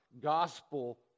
gospel